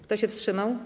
Kto się wstrzymał?